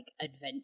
adventure